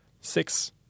Six